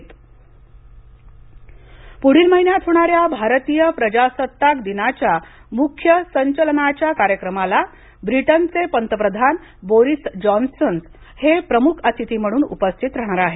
प्रजासत्ताक दिन निमंत्रण पुढील महिन्यात होणाऱ्या भारतीय प्रजासत्ताक दिनाच्या मुख्य संचलनाच्या कार्यक्रमाला ब्रिटनचे पंतप्रधान बोरिस जॉन्सन हे प्रमुख अतिथी म्हणून उपस्थित राहणार आहेत